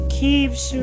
keeps